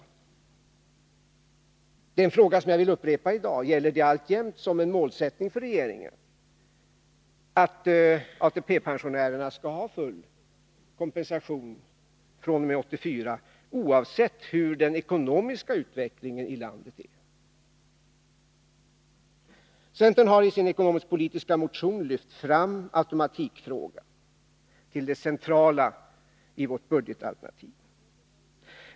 Jag vill i dag upprepa min fråga från den interpellationsdebatten: Är det alltjämt en målsättning för regeringen att ATP-pensionärerna skall ha full kompensation fr.o.m. 1984, oavsett hur den ekonomiska utvecklingen i landet blir? Centern har i sin ekonomisk-politiska motion lyft fram automatikfrågan. Den har blivit det centrala i vårt budgetalternativ.